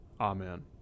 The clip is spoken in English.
amen